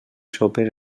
sopes